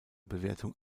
bewertung